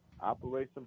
Operation